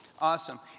awesome